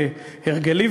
כהרגלי,